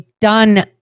done